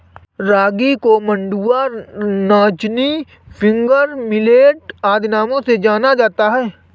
रागी को मंडुआ नाचनी फिंगर मिलेट आदि नामों से जाना जाता है